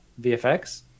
VFX